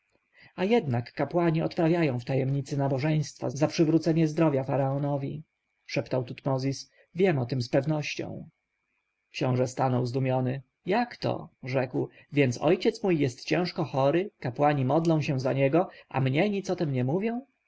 jednak kapłani odprawiają w tajemnicy nabożeństwa za przywrócenie zdrowia faraonowi szeptał tutmozis wiem o tem z pewnością książę stanął zdumiony jakto rzekł więc ojciec mój jest ciężko chory kapłani modlą się za niego a mnie nic o tem nie mówią